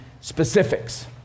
specifics